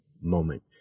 moment